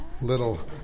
little